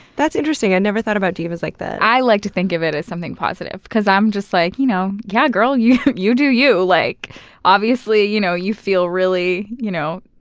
that's interesting. i've never thought about divas like that. i like to think of it as something positive, cause i'm just like, you know yeah, gurl, you you do you. like obviously you know you feel really you know